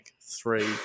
Three